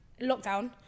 lockdown